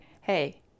hey